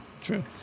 True